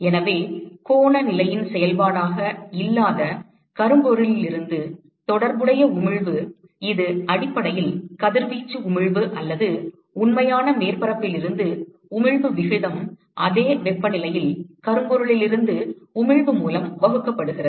எனவே கோண நிலையின் செயல்பாடாக இல்லாத கரும்பொருளிலிருந்து தொடர்புடைய உமிழ்வு இது அடிப்படையில் கதிர்வீச்சு உமிழ்வு அல்லது உண்மையான மேற்பரப்பில் இருந்து உமிழ்வு விகிதம் அதே வெப்பநிலையில் கரும்பொருளிலிருந்து உமிழ்வு மூலம் வகுக்கப்படுகிறது